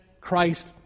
Christ